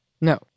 No